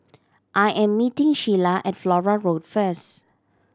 I am meeting Sheyla at Flora Road first